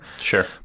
sure